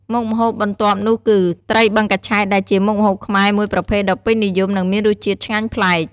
មុខម្ហូបបន្ទាប់នោះគឺ ត្រីបឹងកញ្ឆែតដែលជាមុខម្ហូបខ្មែរមួយប្រភេទដ៏ពេញនិយម និងមានរសជាតិឆ្ងាញ់ប្លែក។